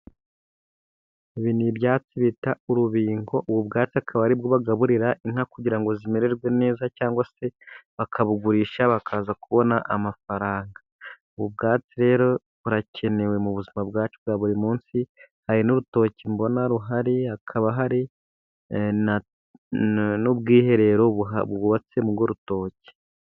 Ibi ni ibyatsi bita urubingo ,ubu bwatsi akaba ari bwo bagaburira inka kugira ngo zimererwe neza, cyangwa se bakabugurisha bakaza kubona amafaranga. Ubwatsi rero burakenewe mu buzima bwacu bwa buri munsi ,hari n'urutoki mbona ruhari ,hakaba hari n'ubwiherero bwubatse muri urwo rutoki.